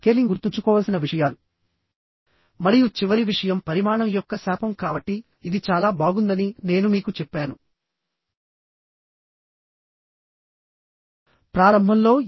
ఒకవేళ ఫెయిల్యూర్ 1 2 5 3 4 మార్గం గుండా అవుతుంది అనుకుంటే n అనేది 3 అవుతుంది